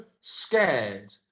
scared